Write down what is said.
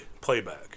playback